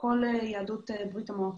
ילדות ברית המועצות.